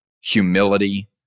humility